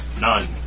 None